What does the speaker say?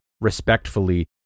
respectfully